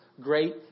great